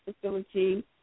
facility